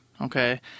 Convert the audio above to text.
Okay